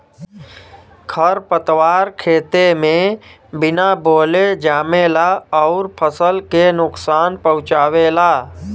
खरपतवार खेते में बिना बोअले जामेला अउर फसल के नुकसान पहुँचावेला